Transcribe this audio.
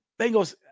Bengals